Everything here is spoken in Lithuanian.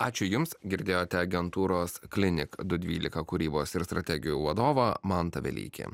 ačiū jums girdėjote agentūros klinik du dvylika kūrybos ir strategijų vadovą mantą vėlykį